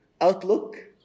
outlook